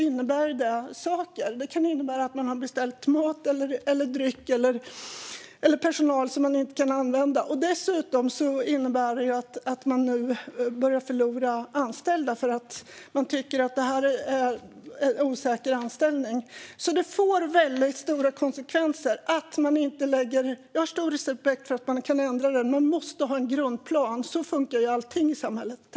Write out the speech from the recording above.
Man har kanske beställt mat eller dryck eller anlitat personal som man då inte kan använda. Dessutom innebär det nu att man börjar förlora anställda, för folk tycker att det är alldeles för osäkra anställningar. Jag har stor respekt för att förhållandena ändras, men man måste ha en grundplan. Så funkar ju allting i samhället.